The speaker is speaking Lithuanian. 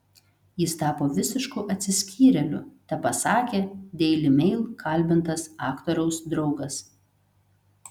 jis tapo visišku atsiskyrėliu tepasakė daily mail kalbintas aktoriaus draugas